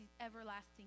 everlasting